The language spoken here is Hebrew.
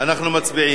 אנחנו מצביעים.